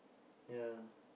ya